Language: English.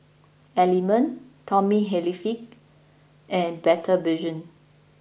Element Tommy Hilfiger and Better Vision